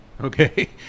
Okay